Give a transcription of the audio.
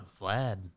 Vlad –